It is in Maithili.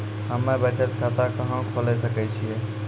हम्मे बचत खाता कहां खोले सकै छियै?